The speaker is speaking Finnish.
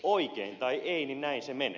oikein tai ei näin se menee